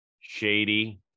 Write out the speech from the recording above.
Shady